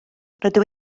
rydw